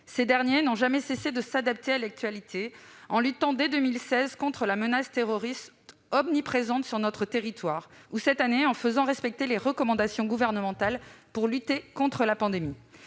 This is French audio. sable. Ils n'ont jamais cessé de s'adapter à l'actualité, en luttant dès 2016 contre la menace terroriste, omniprésente sur notre territoire, ou en faisant respecter cette année les recommandations gouvernementales pour lutter contre la pandémie.